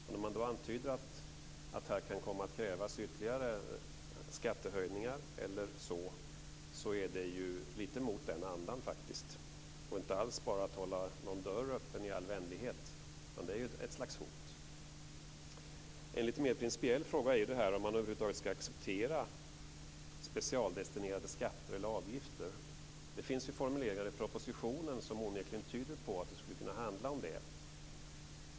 När man då antyder att det i detta sammanhang kan komma att krävas ytterligare skattehöjningar är det ju faktiskt lite mot den andan och inte alls att bara hålla någon dörr öppen i all vänlighet, utan det är ett slags hot. En lite mer principiell fråga är ju om man över huvud taget skall acceptera specialdestinerade skatter eller avgifter. Det finns ju formuleringar i propositionen som onekligen tyder på att det skulle kunna handla om det.